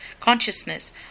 consciousness